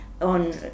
on